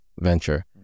venture